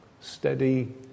steady